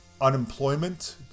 unemployment